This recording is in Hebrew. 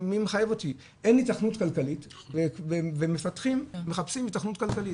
אין היתכנות כלכלית ומפתחים מחפשים היתכנות כלכלית.